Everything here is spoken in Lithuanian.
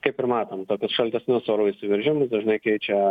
kaip ir matom tokius šaltesnius oro įsiveržimus dažnai keičia